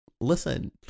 listen